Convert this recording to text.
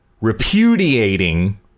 repudiating